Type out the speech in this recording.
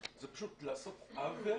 זה פשוט לעשות עוול.